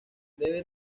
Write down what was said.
debe